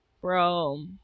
Bro